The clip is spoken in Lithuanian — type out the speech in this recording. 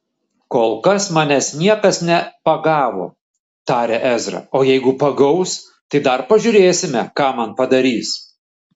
kol kas manęs niekas nepagavo tarė ezra o jeigu pagaus tai dar pažiūrėsime ką man padarys